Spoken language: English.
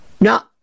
Now